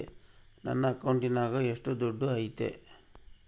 ನನ್ನ ಅಕೌಂಟಿನಾಗ ಎಷ್ಟು ದುಡ್ಡು ಐತಿ?